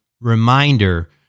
reminder